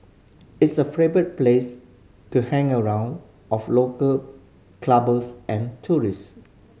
it's a favourite place to hang around of local clubbers and tourist